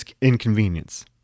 inconvenience